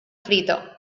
frito